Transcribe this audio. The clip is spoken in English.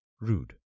rude